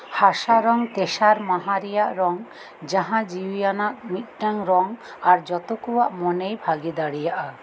ᱦᱟᱥᱟ ᱨᱚᱝ ᱛᱮᱥᱟᱨ ᱢᱟᱦᱟ ᱨᱮᱭᱟᱜ ᱨᱚᱝ ᱡᱟᱦᱟᱸ ᱡᱤᱣᱤᱟᱱᱟᱜ ᱢᱤᱫᱴᱟᱝ ᱨᱚᱝ ᱡᱚᱛᱚ ᱠᱚᱣᱟᱜ ᱢᱚᱱᱮᱭ ᱵᱷᱟᱜᱮ ᱫᱟᱲᱮᱭᱟᱜᱼᱟ